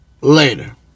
later